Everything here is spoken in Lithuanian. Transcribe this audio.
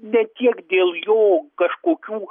ne tiek dėl jo kažkokių